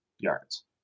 Yards